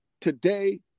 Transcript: today